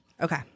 Okay